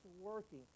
working